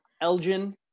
elgin